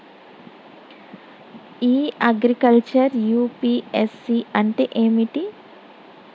ఇ agriculture UPSC అంటే ఏమిటి?